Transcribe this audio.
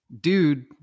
dude